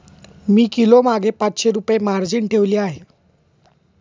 मी किलोमागे पाचशे रुपये मार्जिन ठेवली आहे